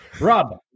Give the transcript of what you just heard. Rob